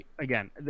again